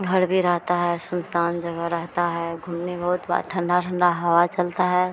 घर भी रहता है सुनसान जगह रहती है घूमने बहुत वहाँ ठण्डा ठण्डा हवा चलती है